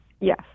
Yes